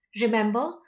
Remember